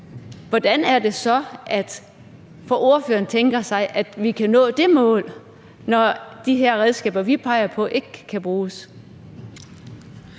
Hvordan er det så, at ordføreren tænker sig at vi kan nå det mål, når de her redskaber, vi peger på, ikke kan bruges?